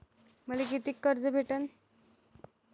मले कितीक कर्ज भेटन?